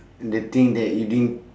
and the thing that you didn't